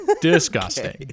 Disgusting